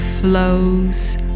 flows